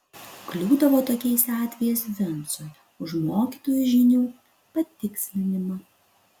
kliūdavo tokiais atvejais vincui už mokytojų žinių patikslinimą